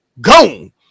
Gone